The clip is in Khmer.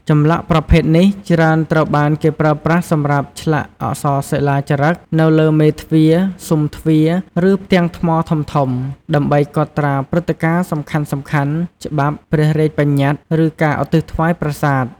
ចម្លាក់ប្រភេទនេះច្រើនត្រូវបានគេប្រើប្រាស់សម្រាប់ឆ្លាក់អក្សរសិលាចារឹកនៅលើមេទ្វារ ស៊ុមទ្វារ ឬផ្ទាំងថ្មធំៗ ដើម្បីកត់ត្រាព្រឹត្តិការណ៍សំខាន់ៗ ច្បាប់ ព្រះរាជបញ្ញត្តិ ឬការឧទ្ទិសថ្វាយប្រាសាទ។